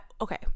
okay